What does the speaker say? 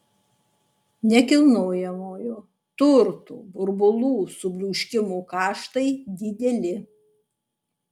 nekilnojamojo turto burbulų subliūškimo kaštai dideli